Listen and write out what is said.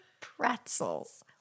pretzels